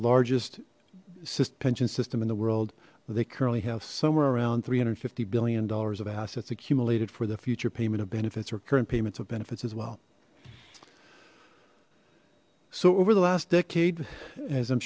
largest pension system in the world they currently have somewhere around three hundred and fifty billion dollars of assets accumulated for the future payment of benefits or current payments of benefits as well so over the last decade as i'm